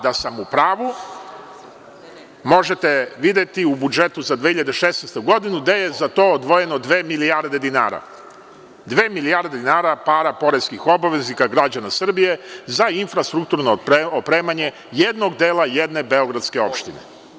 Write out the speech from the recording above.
Da sam u pravu možete videti u budžetu za 2016. godinu, gde je za to odvojeno dve milijarde dinara, dve milijarde dinara para poreskih obveznika građana Srbije za infrastrukturno opremanje jednog dela jedne beogradske opštine.